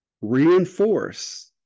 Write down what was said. reinforce